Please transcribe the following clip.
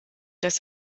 das